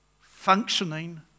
functioning